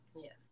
Yes